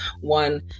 one